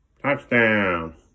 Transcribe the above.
touchdown